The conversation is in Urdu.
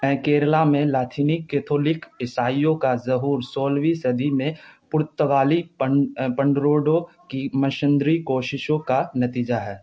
کیرالہ میں لاتھینی کیتھولک عیسائیوں کا ظہور سولہویں صدی میں پرتگالی پنڈروڈو کی مشندری کوششوں کا نتیجہ ہے